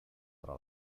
tra